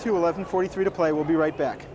to eleven forty three to play we'll be right back